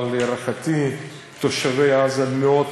אבל להערכתי תושבי עזה מאוד